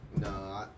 No